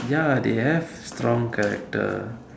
ya they have strong character